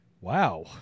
wow